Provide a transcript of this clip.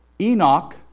Enoch